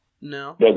No